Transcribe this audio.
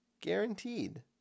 Guaranteed